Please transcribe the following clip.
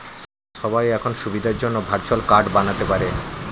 সবাই এখন সুবিধার জন্যে ভার্চুয়াল কার্ড বানাতে পারে